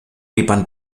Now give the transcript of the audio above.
είπαν